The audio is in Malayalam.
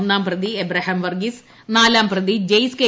ഒന്നാം പ്രതി എബ്രഹാം വർഗീസ് നാലാം പ്രതി ജെയ്സ് കെ